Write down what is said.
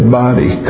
body